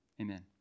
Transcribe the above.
amen